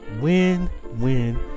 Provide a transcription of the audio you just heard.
win-win